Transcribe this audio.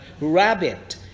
rabbit